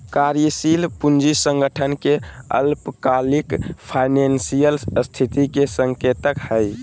कार्यशील पूंजी संगठन के अल्पकालिक फाइनेंशियल स्थिति के संकेतक हइ